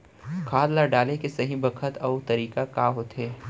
खाद ल डाले के सही बखत अऊ तरीका का होथे?